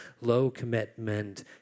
low-commitment